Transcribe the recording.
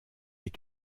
est